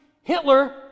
Hitler